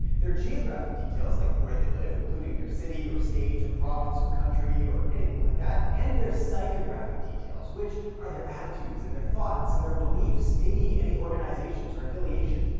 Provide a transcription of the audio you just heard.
their geographic details, like where they live including their city, or state, or province, or country, or anything like that. and their psychographic details which are their attitudes, and their thoughts, and their beliefs, maybe any organizations or affiliations.